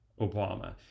obama